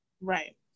Right